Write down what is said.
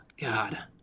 God